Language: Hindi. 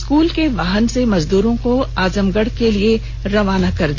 स्कूल के वाहन से मजदूरों को आजमगढ़ के लिए रवाना किया